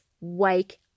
wake